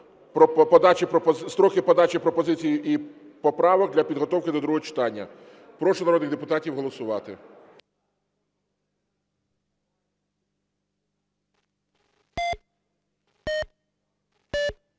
строки подачі пропозицій і поправок для підготовки до другого читання. Прошу народних депутатів голосувати.